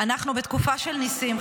אנחנו בתקופה של ניסים,